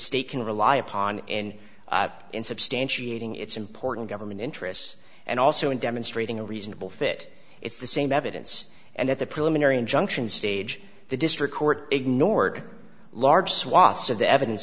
state can rely upon and in substantiating it's important government interests and also in demonstrating a reasonable fit it's the same evidence and at the preliminary injunction stage the district court ignored large swaths of the evidence